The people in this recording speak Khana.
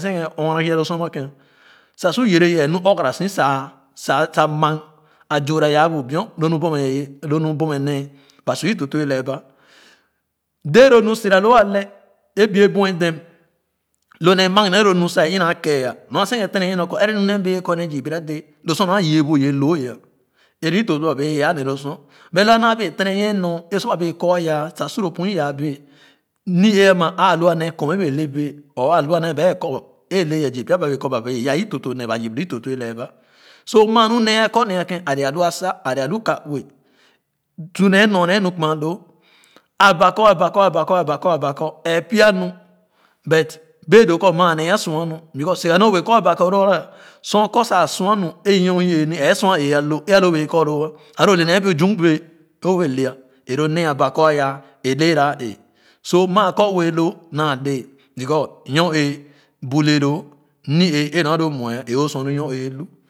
senghe ɔɔ gara gih lo sor ama ken sa su yerɛ yɛɛ nu ogara si sa sa ma a zurra yaa bu biɔn lo nu bomɛ ye lo nu biome nee ba su é tõp tõp ye lẽɛ ba dee lo nu sira lo a lɛɛ é bue bu dem lo nee mag nee lo nu sa e ina gɛya nor sen-ghe tere nyie nor kɔ ɛrɛ mu ner ama bee ye kɔ mɛ zü deeradee lo su nor a yii bu ye loo al é loo etǒp tõp ba wɛɛ yaa ne loo sor but loo ana bee tene nyie nor e sor ba bee kɔ yah sa su loo pun yaa bee ni-ee ama a lua nee kum ebee le bẽẽ or aa a lua nee bɛa kɔ é le ye zii pya ba bee yaa itop tõp ne ba yip loo itõp tõp laa ba so. maa nu nee a kɔ ne a ken a le a lu a sa ale alu kane su nee nornee nu kuma loo aba kɔ aba kɔ aka kɔ aba kɔ ɛɛ pya nu but bee doo kɔ maa nee a sua nu because siga nee o bee kɔ aba loo sor o kɔ sa sua nu e nyor o-ee mi ɛɛ sua é alo e-lo bee yɛ kɔ loo alo o le nee bu zɔnbee é obee le élo nee aba kɔ aya é leera a ee so maa kɔ ue hoo naa le because nyor-ee bu le loo ni-ee é nor alo muɛ é o sua nor ee lu.